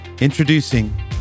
Introducing